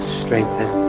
strengthen